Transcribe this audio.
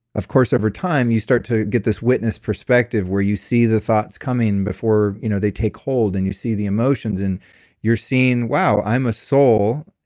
of course over time, you start to get this witness perspective where you see the thoughts coming before you know they take hold, and you see the emotions, and you're seeing, wow. i'm a sol.